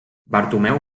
bartomeu